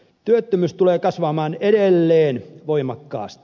työttömyys tulee kasvamaan edelleen voimakkaasti